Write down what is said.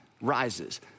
rises